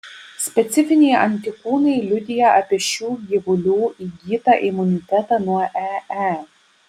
specifiniai antikūnai liudija apie šių gyvulių įgytą imunitetą nuo ee